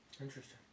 Interesting